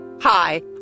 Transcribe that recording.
Hi